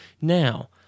now